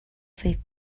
they